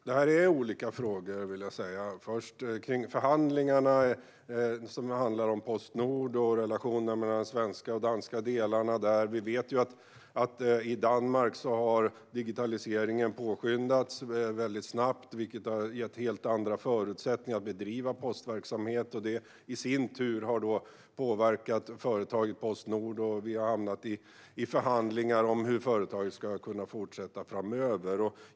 Herr talman! Det här handlar om olika saker. Först gäller det förhandlingarna som pågår om Postnord liksom relationerna mellan de svenska och danska delarna. Vi vet att digitaliseringen har påskyndats väldigt snabbt i Danmark, vilket har gett helt andra förutsättningar att bedriva postverksamhet. Det har i sin tur påverkat företaget Postnord. Vi har hamnat i förhandlingar om hur företaget ska kunna fortsätta framöver.